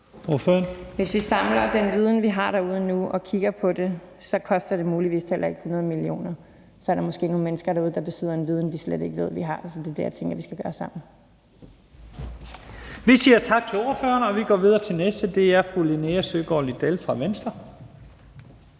Hvis vi samler den viden, vi har derude nu, og kigger på det, så koster det muligvis heller ikke 100 mio. kr. Så er der måske nogle mennesker derude, der besidder en viden, vi slet ikke ved vi har. Så det er det, jeg tænker vi skal gøre sammen. Kl. 12:18 Første næstformand (Leif Lahn Jensen): Vi siger tak til ordføreren, og vi går videre til den næste. Det er fru Linea Søgaard-Lidell fra Venstre.